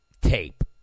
tape